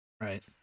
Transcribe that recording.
Right